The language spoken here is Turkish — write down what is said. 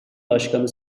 başkanı